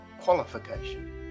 qualification